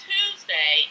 Tuesday